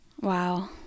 Wow